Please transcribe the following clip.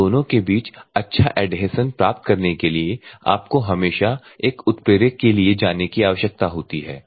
इन दोनों के बीच अच्छा एडहेसन प्राप्त करने के लिए आपको हमेशा एक उत्प्रेरक के लिए जाने की आवश्यकता होती है